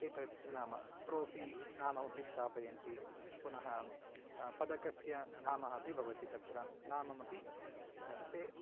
एतत् नाम ट्रोफ़ी नाम अपि स्थापयन्ति पुनः पदकस्य नाम अपि भवति तत्र नाम अपि ते